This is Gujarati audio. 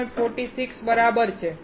46 બરાબર છે